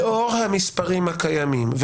לאור המספרים הקיימים,